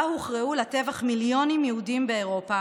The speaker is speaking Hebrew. ובה הוכרעו לטבח מיליונים יהודים באירופה,